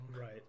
Right